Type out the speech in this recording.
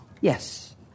Yes